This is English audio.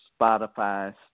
Spotify